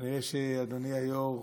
כנראה, אדוני היושב-ראש,